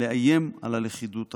לאיים על הלכידות החברתית".